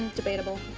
debatable.